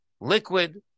liquid